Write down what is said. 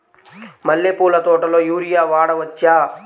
మల్లె పూల తోటలో యూరియా వాడవచ్చా?